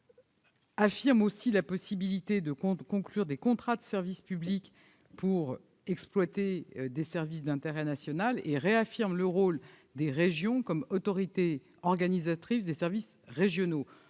national, la possibilité de conclure des contrats de service public pour exploiter des services d'intérêt national et le rôle des régions comme autorités organisatrices des services régionaux.